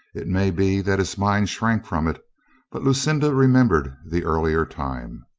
it may be that his mind shrank from it but lucinda remembered the earlier time.